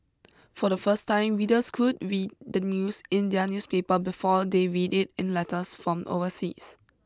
for the first time readers could read the news in their newspaper before they read it in letters from overseas